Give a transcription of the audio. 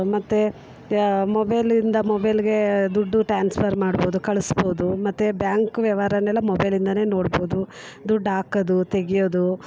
ಮತ್ತು ಮೊಬೈಲಿಂದ ಮೊಬೈಲಿಗೆ ದುಡ್ಡು ಟ್ಯಾನ್ಸ್ಫರ್ ಮಾಡ್ಬೋದು ಕಳಿಸ್ಬೋದು ಮತ್ತು ಬ್ಯಾಂಕ್ ವ್ಯವಹಾರನ್ನೆಲ್ಲ ಮೊಬೈಲಿಂದಲೇ ನೋಡ್ಬೋದು ದುಡ್ಡು ಹಾಕೋದು ತೆಗೆಯೋದು